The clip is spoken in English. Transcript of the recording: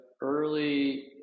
early